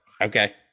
okay